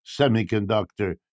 semiconductor